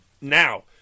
Now